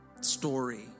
story